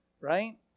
right